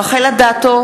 נגד רחל אדטו,